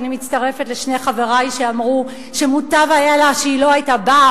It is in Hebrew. אני מצטרפת לשני חברי שאמרו שמוטב היה לה שלא היתה באה,